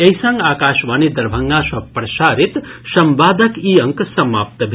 एहि संग आकाशवाणी दरभंगा सँ प्रसारित संवादक ई अंक समाप्त भेल